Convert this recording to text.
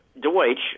Deutsch